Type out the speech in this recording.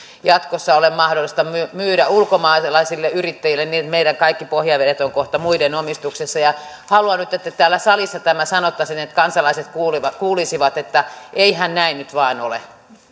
jatkossa ole mahdollista myydä ulkomaalaisille yrittäjille niin että meidän kaikki pohjavedet ovat kohta muiden omistuksessa haluan nyt että täällä salissa tämä sanottaisiin että kansalaiset kuulisivat kuulisivat että eihän näin nyt vain ole